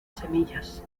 semillas